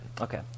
Okay